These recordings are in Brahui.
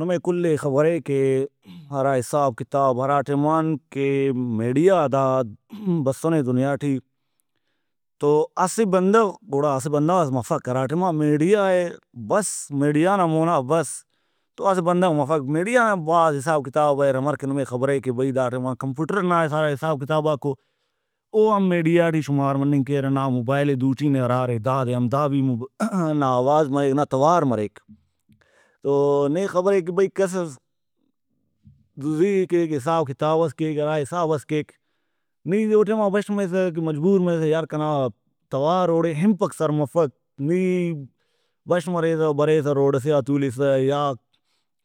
نمے کلے خبرے کہ ہرا کہ حساب کتاب ہرا ٹائمان کہ میڈیا تا بسُنے دنیا ٹی تو اسہ بندغ گڑا اسہ بندغس مفک ہرا ٹائما میڈیائے بس میڈیا نا مونا بس تو اسہ بندغ مفک۔ میڈیا نا بھاز حساب کتاب اریر امر کہ نمے خبرے کہ بھئی دا ٹائما کمپیوٹر نا حساب کتاباکو او ہم میڈیا ٹی شمار مننگ کیرہ نا موبائل ئے دُوٹی نے ارے دادے ہم دا بھی(voice)نا آواز مریک نا توار مریک تو نے خبرے کہ بھئی کسس دُزی کیک حساب کتابس کیک ہرا حسابس کیک نی او ٹائما بش مریسہ مجبور مریسہ یار کنا توار اوڑے ہنپک سر مفک نی بش مریسہ بریسہ روڈ ئسے آ تولسہ یا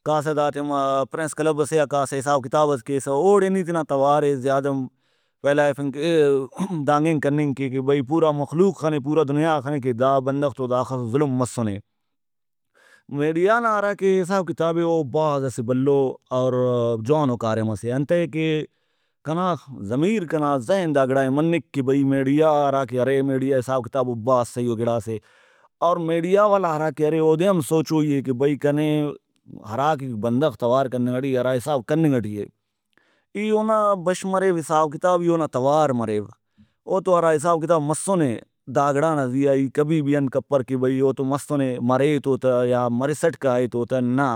کاسہ دا ٹائما پریس کلب سے آ کاسہ حساب کتاب ئس کیسہ اوڑے نی تینا توارے زیادہ پھیلائفنگ دانگ اینگ کننگ کے کہ بھئی پورا مخلوق خنے پورا دنیا خنے کہ دا بندغ تو داخس ظلم مسنے۔ میڈیا نا ہرا کہ حساب کتابے او بھاز اسہ بھلو اور جوانو کاریم سے انتئے کہ کنا ضمیر کنا زہن دا گڑائے منک کہ بھئی میڈیا ہراکہ ارے میڈیا حساب کتاب او بھاز سہی او گڑاسے۔ اور میڈیا والا ہراکہ ارے اودے ہم سوچوئی ارے کہ بھئی کنے ہرا کہ بندغ تو ار کننگ ٹی اے ہرا حساب کننگ ٹی اے ای اونا بش مریو حساب کتاب ای اونا توار مریو اوتو ہرا حساب کتاب مسُنے دا گڑا نا زیہا ای کبھی بھی انت کپر کہ بھئی اوتو مسُنے مرے توتہ یا مرِسٹ کائے توتہ نا